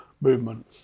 movement